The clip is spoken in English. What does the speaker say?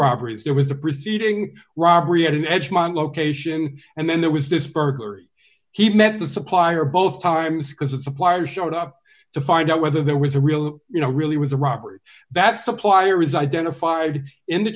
robberies there was a preceding robbery at an edge mine location and then there was this burglary he met the supplier both times because it suppliers showed up to find out whether that was a real you know really was a robbery that supplier is identified in the